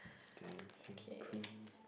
dancing queen